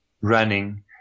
running